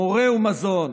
מורה ומזון,